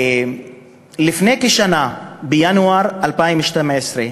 לפני כשנה, בינואר 2012,